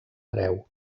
hereu